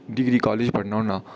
degree college पढ़ना होन्नां